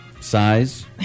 size